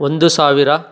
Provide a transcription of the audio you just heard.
ಒಂದು ಸಾವಿರ